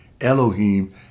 Elohim